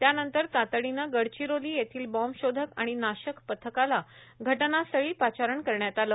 त्यानंतर तातडीनं गडघिरोली येथील बॉम्ब शोधक आणि नाश्रक पथकाला घटनास्थळी पाचारण करण्यात आलं